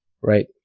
Right